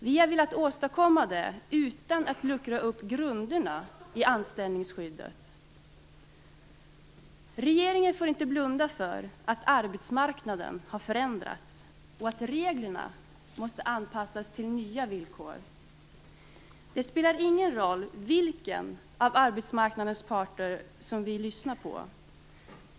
Vi har velat åstadkomma det utan att luckra upp grunderna i anställningsskyddet. Regeringen får inte blunda för att arbetsmarknaden har förändrats och att reglerna måste anpassas till nya villkor. Det spelar ingen roll vilken av arbetsmarknadens parter som vi lyssnar på.